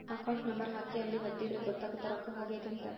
account number ಹಾಕಿ ಅಲ್ಲಿ ಒತ್ತಿದ್ರೆ ಗೊತ್ತಾಗುತ್ತ ರೊಕ್ಕ ಹೊಗೈತ ಅಂತ